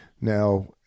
Now